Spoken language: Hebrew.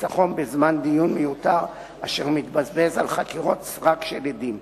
לחיסכון בזמן דיון מיותר אשר מתבזבז על חקירות סרק של עדים.